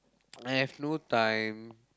I have no time